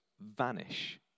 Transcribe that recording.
vanish